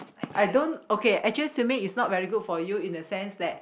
I don't okay actually swimming is not very good for you in the sense that